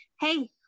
hey